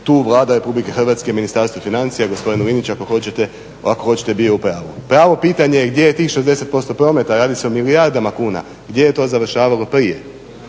tu Vlada RH i Ministarstvo financija gospodin Linić ako hoćete bio u pravu. Pravo pitanje gdje je tih 60% prometa, a radi se o milijardama kuna, gdje je to završavalo prije?